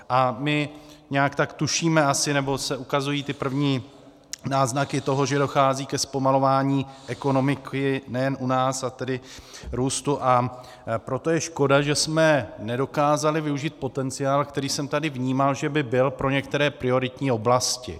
A my nějak tak tušíme asi, nebo se ukazují ty první náznaky toho, že dochází ke zpomalování ekonomiky nejen u nás, a tedy růstu, a proto je škoda, že jsme nedokázali využít potenciál, který jsem tady vnímal, že by byl pro některé prioritní oblasti.